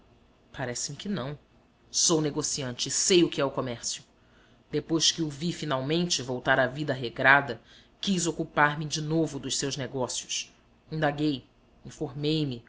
parece-me que não sou negociante e sei o que é o comércio depois que o vi finalmente voltar à vida regrada quis ocupar me de novo dos seus negócios indaguei informei me